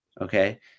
Okay